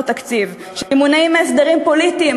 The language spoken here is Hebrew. תקציב שינויים שמונעים מהסדרים פוליטיים,